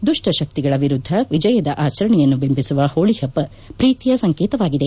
ದುಷ್ಟಶಕ್ತಿಗಳ ವಿರುದ್ದ ವಿಜಯದ ಆಚರಣೆಯನ್ನು ಬಿಂಬಿಸುವ ಹೋಳಿ ಹಬ್ಬ ಪ್ರೀತಿಯ ಸಂಕೇತವಾಗಿದೆ